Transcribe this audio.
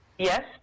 Yes